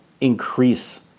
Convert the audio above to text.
increase